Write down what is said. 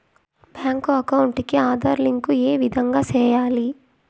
Bank account కి Aadhaar link ఏ విధంగా సెయ్యాలి?